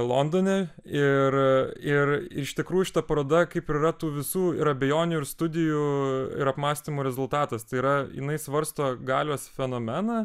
londone ir ir iš tikrųjų šita paroda kaip ir yra tų visų ir abejonių ir studijų ir apmąstymų rezultatas tai yra jinai svarsto galios fenomeną